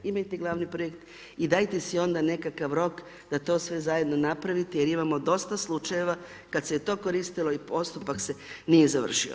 Imajte gl. projekt i dajte si onda nekakav rok, da to sve zajedno napravite, jer imamo dosta slučajeva, kad se je to koristilo i postupak se nije završio.